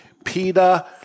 Peter